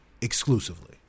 exclusively